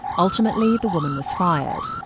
ultimately the woman was fired.